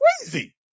crazy